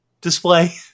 display